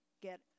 get